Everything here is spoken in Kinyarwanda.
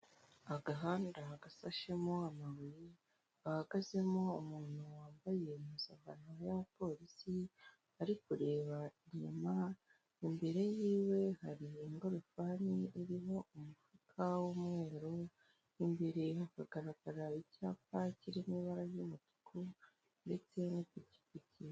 Agahanda gasashemo amabuye gahagazemo umuntu wambaye impuzankano y'abapolisi ari kureba inyuma imbere yiwe hari ingorofani irimo umufuka w'umweru imbere hakagaragara icyapa kiri mu ibara ry'umutuku ndetse n'ipikipiki .